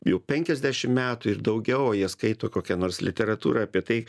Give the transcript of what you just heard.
jau penkiasdešim metų ir daugiau o jie skaito kokią nors literatūrą apie tai